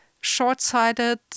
short-sighted